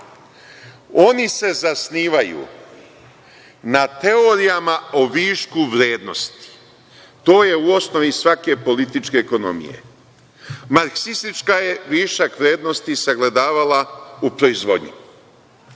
Oni se zasnivaju na teorijama o višku vrednosti, to je u osnovi svake političke ekonomije. Marksistička je višak vrednosti sagledavala u proizvodnji.